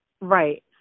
Right